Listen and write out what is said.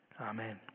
Amen